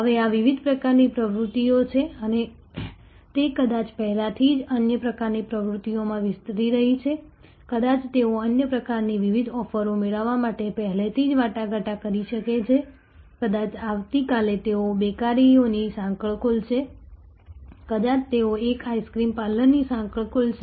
હવે આ વિવિધ પ્રકારની પ્રવૃત્તિઓ છે અને તે કદાચ પહેલાથી જ અન્ય પ્રકારની પ્રવૃત્તિઓમાં વિસ્તરી રહી છે કદાચ તેઓ અન્ય પ્રકારની વિવિધ ઓફરો મેળવવા માટે પહેલેથી જ વાટાઘાટ કરી શકે છે કદાચ આવતીકાલે તેઓ બેકરીઓની સાંકળ ખોલશે કદાચ તેઓ એક આઈસ્ક્રીમ પાર્લરની સાંકળ ખોલશે